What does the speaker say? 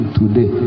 today